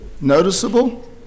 noticeable